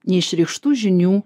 neišreikštų žinių